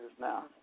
now